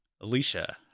Alicia